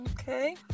Okay